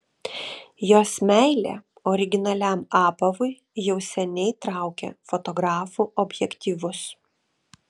jos meilė originaliam apavui jau seniai traukia fotografų objektyvus